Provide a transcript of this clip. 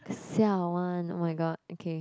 siao one oh-my-god okay